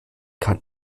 kann